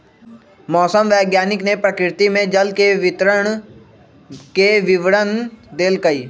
मौसम वैज्ञानिक ने प्रकृति में जल के वितरण के विवरण देल कई